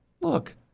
look